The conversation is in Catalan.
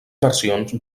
versions